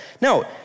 No